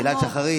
תפילת שחרית,